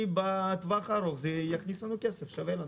כי בטווח הארוך זה יכניס לנו כסף, וזה שווה לנו.